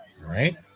right